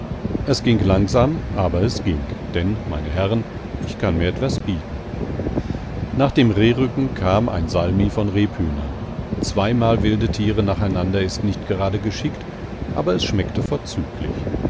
es ging langsam aber es ging denn meine herren ich kann mir etwas bieten nach dem rehrücken kam ein salmi salmi ragout aus wildgeflügel von rebhühnern zweimal wilde tiere nacheinander ist nicht gerade geschickt aber es schmeckte vorzüglich